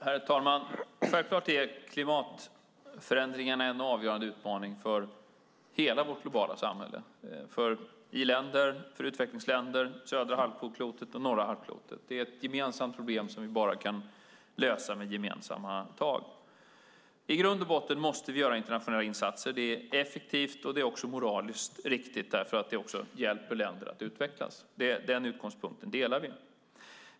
Herr talman! Självklart är klimatförändringarna en avgörande utmaning för hela vårt globala samhälle, för i-länder, utvecklingsländer, södra halvklotet och norra halvklotet. Det är ett gemensamt problem som vi bara kan lösa med gemensamma tag. I grund och botten måste vi göra internationella insatser. Det är effektivt, och det är moraliskt riktigt därför att det hjälper länder att utvecklas. Den utgångspunkten delar vi.